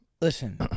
Listen